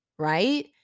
right